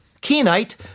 Kenite